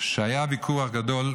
שהיה ויכוח גדול,